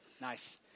Nice